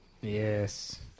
Yes